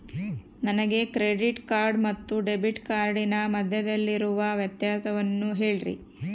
ನನಗೆ credit card ಮತ್ತು debit ಕಾರ್ಡಿನ ಮಧ್ಯದಲ್ಲಿರುವ ವ್ಯತ್ಯಾಸವನ್ನು ಹೇಳ್ರಿ?